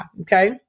Okay